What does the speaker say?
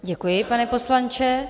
Děkuji, pane poslanče.